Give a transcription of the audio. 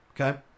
Okay